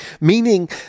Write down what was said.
Meaning